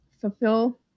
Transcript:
fulfill